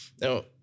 Now